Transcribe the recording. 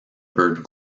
bird